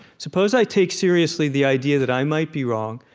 suppose i take seriously the idea that i might be wrong.